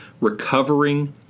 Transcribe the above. Recovering